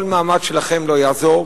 כל מאמץ שלכם לא יעזור,